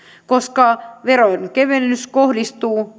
koska verojen kevennys kohdistuu